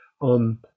on